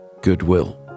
goodwill